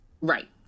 Right